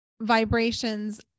vibrations